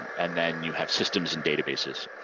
and then you have systems and databases.